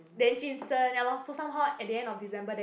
then jun sheng ya lor so somehow at the end of December and then